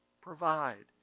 provide